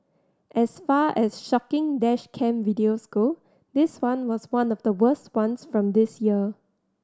as far as shocking dash cam videos go this one was one of the worst ones from this year